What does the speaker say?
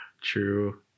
true